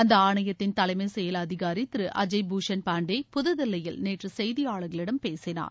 அந்த ஆணையத்தின் தலைமை செயல் அதிகாரி திரு அஜய் பூஷன் பாண்டே புதுதில்லியில் நேற்று செய்தியாளர்களிடம் பேசினார்